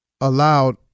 allowed